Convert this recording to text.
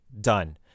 Done